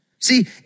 See